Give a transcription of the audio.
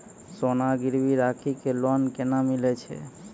सोना गिरवी राखी कऽ लोन केना मिलै छै?